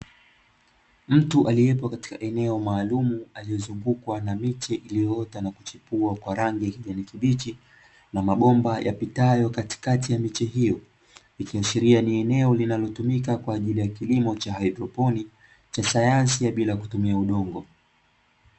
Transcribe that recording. Mtu aliepo katika eneo maalumu aliezungukwa na miti iliyoota nakuchipua kwa rangi ya kijani kibichi, na mabomba yapitayo katikati ya miche hiyo ikiashilia ni eneo linalotumika kwaajili ya kilimo cha "Haidroponi" cha dayansi ya bila kutumia udongo.